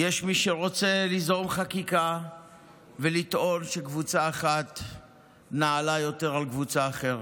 יש מי שרוצה ליזום חקיקה ולטעון שקבוצה אחת נעלה יותר על קבוצה אחרת.